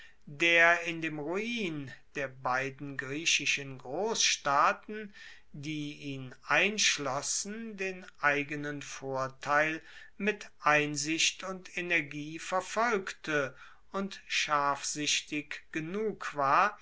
der in dem ruin der beiden griechischen grossstaaten die ihn einschlossen den eigenen vorteil mit einsicht und energie verfolgte und scharfsichtig genug war